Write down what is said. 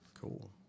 cool